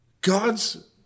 God's